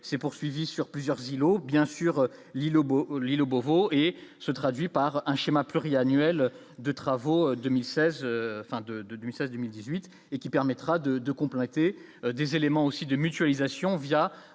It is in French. s'est poursuivie sur plusieurs îlots bien sûr l'îlot au bout l'îlot Beauvau et se traduit par un schéma pluriannuel de travaux 2016 fin de de du 16 2018 et qui permettra de de compléter des éléments aussi de mutualisation via